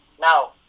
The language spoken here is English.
Now